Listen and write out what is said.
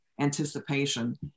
anticipation